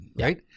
Right